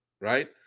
right